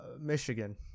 Michigan